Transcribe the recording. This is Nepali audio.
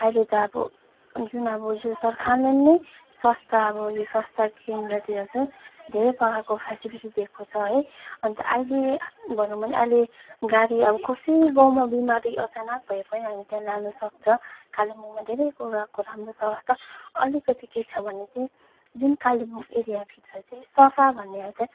अहिले त अब जुन अब यो सरकारले नै स्वास्थ्य अब यो स्वास्थ्य केन्द्रतिर चाहिँ धेरै प्रकारको फेसिलिटी दिएको छ है अन्त अहिले भनुौँ भने अहिले गाडी अब कसै गाउँमा बिमारी अब अचानक भए पनि हामी त्यहाँ लानुसक्छ कालेम्पुङमा धेरै कुराको राम्रो छ व्यवस्था अलिकति के छ भने चाहिँ जुन कालिम्पोङ एरिया भित्र चाहिँ सफा भन्ने चाहिँ